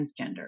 transgender